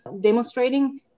demonstrating